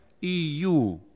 EU